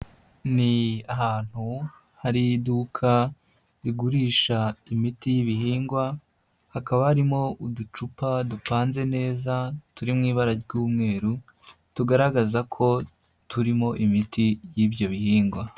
Ni ahantu hari iduka rigurisha imiti y'ibihingwa hakaba harimo uducupa dupanze neza turi mu ibara ry'umweru tugaragaza ko turimo imiti y'ibyo bihingwa.